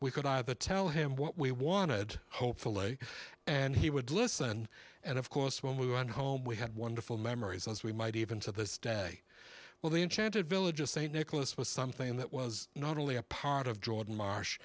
we could either tell him what we wanted hopefully and he would listen and of course when we went home we had wonderful memories as we might even to this day well the enchanted village of st nicholas was something that was not only a part of jordan marsh